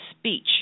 speech